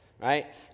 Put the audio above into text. Right